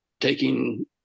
taking